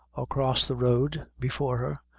across the road, before her,